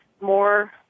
more